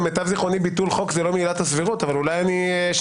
למיטב זיכרוני ביטול חוק שזה לא מעילת הסבירות אבל אולי שכחתי.